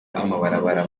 amabarabara